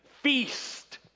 feast